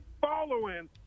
following